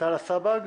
עטאלה סבאג,